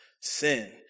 Sin